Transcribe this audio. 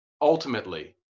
ultimately